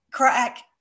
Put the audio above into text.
crack